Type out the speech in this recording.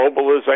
globalization